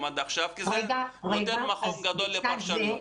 עד עכשיו כי זה נותן מקום גדול לפרשנות.